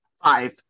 Five